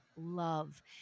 love